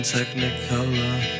Technicolor